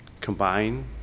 combine